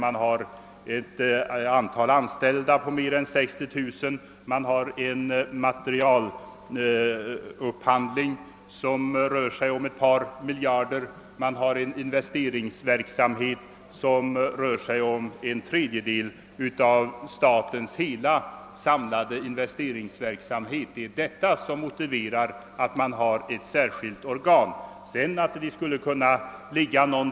Antalet anställda är där över 60 000, totalupphandlingen rör sig om ett par miljarder och investeringsverksamheten omfattar en tredjedel av statens totala investeringsverksamhet. Det är detta som motiverar att man inrättar ett särskilt organ för rationaliseringsverksamhet.